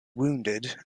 wounded